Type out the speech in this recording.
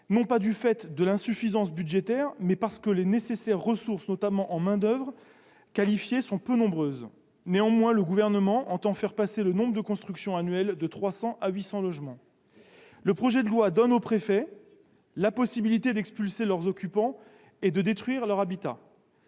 non du fait d'insuffisances budgétaires, mais parce que les nécessaires ressources, notamment en main-d'oeuvre qualifiée, sont peu nombreuses. Néanmoins, le Gouvernement entend faire passer le nombre de constructions annuelles de 300 à 800 logements. Le projet de loi donne au préfet la possibilité d'expulser les occupants d'habitats